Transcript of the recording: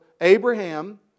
Abraham